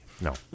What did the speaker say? No